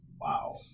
Wow